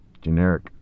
Generic